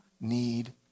need